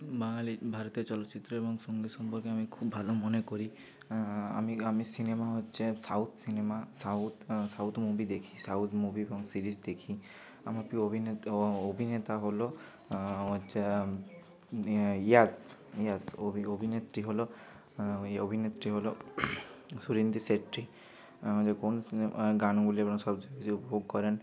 বাঙালির ভারতের চলচ্চিত্র এবং সংগীত সম্পর্কে আমি খুব ভালো মনে করি আমি আমি সিনেমা হচ্ছে south cinema south south movie দেখি সাউথ মুভি এবং সিরিজ দেখি আমার প্রিয় অভিনেতা অ অভিনেতা হল হচ্ছে এ ইয়াশ ইয়াশ অভি অভিনেত্রী হল ওই অভিনেত্রী হল সুরিন্দ্রি শেট্টি কোন গানগুলি হল সবচেয়ে বেশি উপভোগ করেন